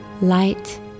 light